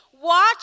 watch